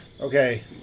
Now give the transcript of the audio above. Okay